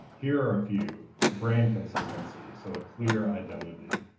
here are a few. brand consistency. so a clear identity.